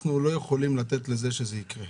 אנחנו לא יכולים לתת לזה לקרות.